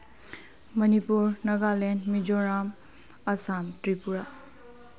Manipur Nagaland Mizoram Assam Tripura